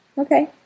Okay